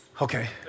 Okay